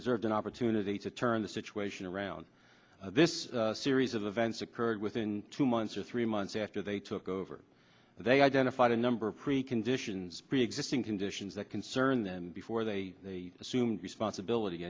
deserved an opportunity to turn the situation around this series of events occurred within two months or three months after they took over they identified a number preconditions preexisting conditions that concern them before they assumed responsibility